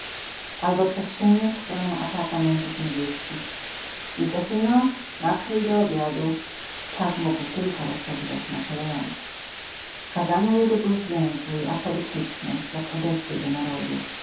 albo przez sienie w stronę apartamentów niewieścich józefino nakryj do obiadu tak mógł tylko rozkazywać napoleon kazania jego były zwięzłe i apodyktyczne jak odezwy do narodu